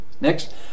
Next